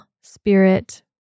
spirit